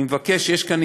יש כאן